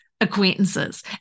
acquaintances